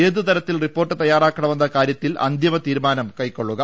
ഏത് തരത്തിൽ റിപ്പോർട്ട് തയ്യാറാക്കണമെന്ന കാര്യത്തിൽ അന്തിമ തീരുമാനം കൈക്കൊള്ളുക